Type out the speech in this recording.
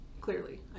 clearly